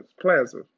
Plaza